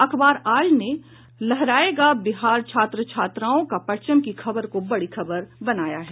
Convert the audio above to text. अखबार आज ने लहरायेगा बिहारी छात्र छात्राओ का परचम की खबर को बड़ी खबर बनाया है